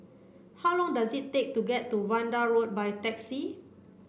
how long does it take to get to Vanda Road by taxi